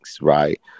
right